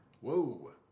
Whoa